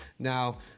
Now